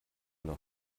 noch